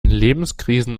lebenskrisen